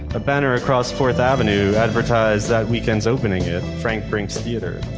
a banner across fourth avenue advertised that weekend's opening at frank brink's theater.